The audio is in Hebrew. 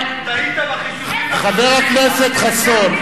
טעית בחישובים, חבר הכנסת חסון.